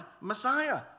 Messiah